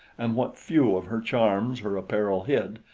and what few of her charms her apparel hid,